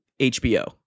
HBO